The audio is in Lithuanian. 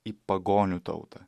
į pagonių tautą